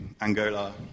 Angola